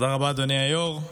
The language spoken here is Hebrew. אדוני היושב-ראש.